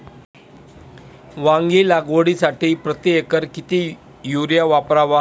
वांगी लागवडीसाठी प्रति एकर किती युरिया वापरावा?